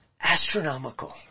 astronomical